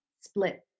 split